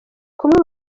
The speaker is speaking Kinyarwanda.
kumwe